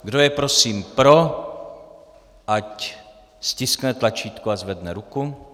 Kdo je prosím pro, ať stiskne tlačítko a zvedne ruku.